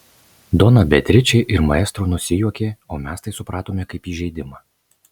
dona beatričė ir maestro nusijuokė o mes tai supratome kaip įžeidimą